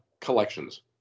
collections